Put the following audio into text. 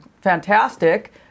fantastic